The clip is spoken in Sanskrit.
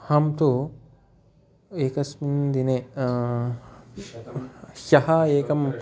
अहं तु एकस्मिन् दिने ह्यः एकं